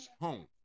home